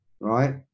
right